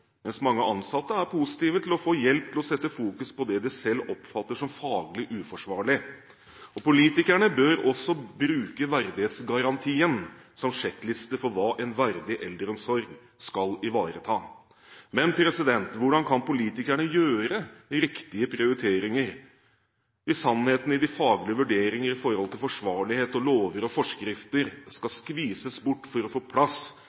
mens mange ansatte er positive til å få hjelp til å sette fokus på det de selv oppfatter som faglig uforsvarlig. Politikerne bør også bruke verdighetsgarantien som sjekkliste for hva en verdig eldreomsorg skal ivareta. Men hvordan kan politikerne gjøre riktige prioriteringer, hvis sannheten i de faglige vurderinger i forhold til forsvarlighet og lover og forskrifter skal skvises bort for å få plass